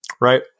right